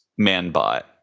Manbot